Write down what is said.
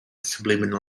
subliminal